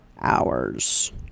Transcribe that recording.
hours